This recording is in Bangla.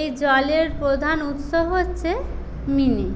এই জলের প্রধান উৎস হচ্ছে মিনি